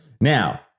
Now